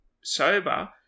sober